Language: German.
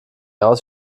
aus